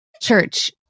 Church